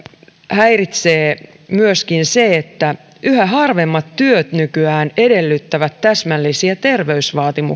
häiritsee myöskin se että yhä harvemmat työt nykyään edellyttävät täsmällisiä terveysvaatimuksia